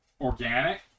Organic